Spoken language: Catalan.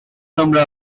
nombre